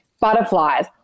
butterflies